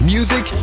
Music